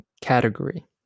category